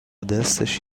دستش